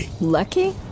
Lucky